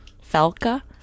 falca